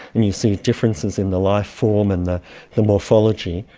and you see differences in the life form and the the morphology.